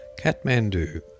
Kathmandu